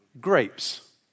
grapes